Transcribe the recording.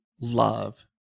love